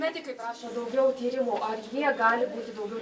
medikai prašo daugiau tyrimų ar jie gali būti daugiau